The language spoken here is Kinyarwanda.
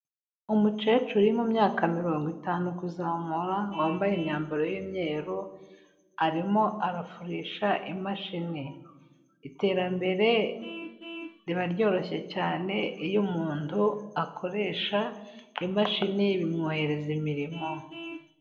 Umukecuru uri mu myaka mirongo itanu kuzamura, wambaye imyambaro y'umweru, arimo arafurisha imashini. Iterambere riba ryoroshye cyane, iyo umuntu akoresha imashini bimworohereza imirimo.